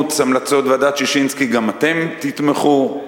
אימוץ המלצות ועדת-ששינסקי גם אתם תתמכו.